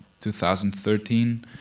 2013